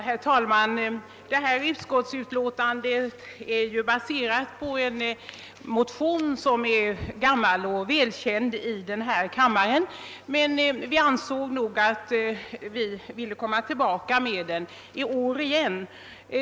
Herr talman! Den motion som förevarande utskottsutlåtande baseras på är gammal och välkänd i denna kammare, men vi har ansett att vi ville komma tillbaka med den i år igen.